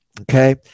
Okay